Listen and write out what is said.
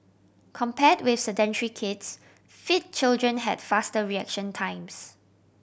compared with sedentary kids fit children had faster reaction times